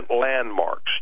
landmarks